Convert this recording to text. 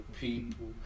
people